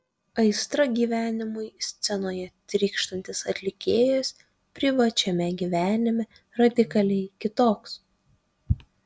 aistra gyvenimui scenoje trykštantis atlikėjas privačiame gyvenime radikaliai kitoks